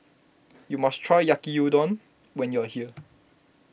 you must try Yaki Udon when you are here